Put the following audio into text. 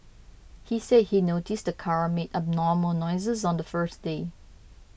he said he noticed the car made abnormal noises on the first day